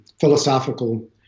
philosophical